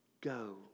go